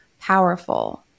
powerful